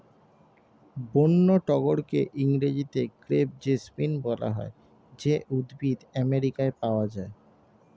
বন্য টগরকে ইংরেজিতে ক্রেপ জেসমিন বলা হয় যে উদ্ভিদ আমেরিকায় পাওয়া যায়